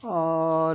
और